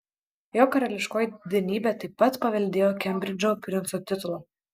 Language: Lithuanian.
jo karališkoji didenybė taip pat paveldėjo kembridžo princo titulą